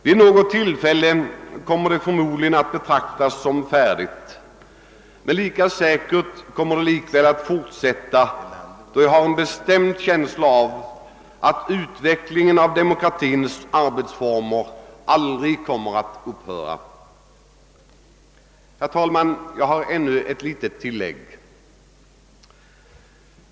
Vid någon tidpunkt kommer det förmodligen att betraktas som färdigt, men lika säkert är att arbetet ändå kommer att fortsätta, ty jag har en bestämd känsla av att demokratins arbetsformer kommer att undergå en ständig utveckling. Herr talman! Jag har ännu ett litet tillägg.